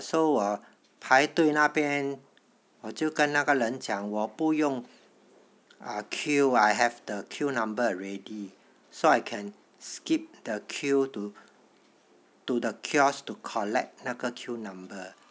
so 我排队那边我就跟那个人讲我不用 ah queue I have the queue number already so I can skip the queue to to the kiosk to collect 那个 queue number